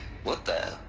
what the.